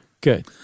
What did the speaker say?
Good